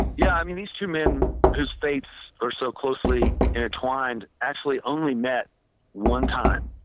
yeah. i mean these two men who's fates are so closely intertwined actually only met one time.